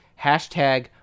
Hashtag